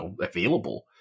available